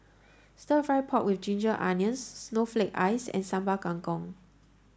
stir fry pork with ginger onions snowflake ice and Sambal Kangkong